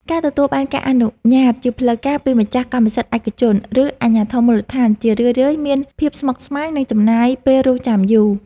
ការទទួលបានការអនុញ្ញាតជាផ្លូវការពីម្ចាស់កម្មសិទ្ធិឯកជន ឬអាជ្ញាធរមូលដ្ឋាន ជារឿយៗមានភាពស្មុគស្មាញ និងចំណាយពេលរង់ចាំយូរ។